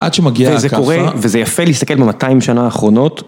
עד שמגיעה זה קורה וזה יפה להסתכל ב-200 שנה האחרונות.